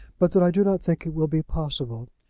but that i do not think it will be possible.